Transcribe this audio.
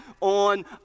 on